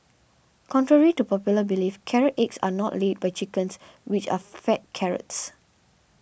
contrary to popular belief carrot eggs are not laid by chickens which are fed carrots